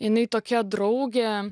jinai tokia draugė